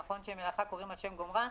נכון שאת המלאכה קוראים על שם גומרה,